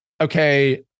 okay